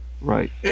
right